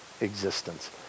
existence